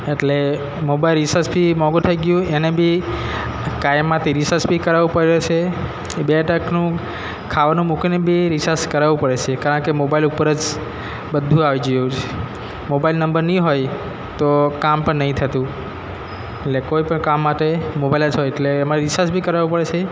એટલે mobile recharge બી મોંઘું થઈ ગયું એને બી કાયમ માટે રિસાર્સ બી કરાવું પડે છે એ બે ટકનું ખાવાનું મૂકીને બી રિસાર્સ કરાવવું પડે છે કારણ કે મોબાઇલ ઉપર જ બધું આવી ગયું મોબાઇલ નંબર ન હોય તો કામ પણ નથી થતું એટલે કોઈ પણ કામ માટે મોબાઇલ જ હોય એમાં રિસાર્સ બી કરાવવું પડે છે